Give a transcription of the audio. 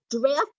draft